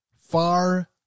far